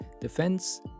defense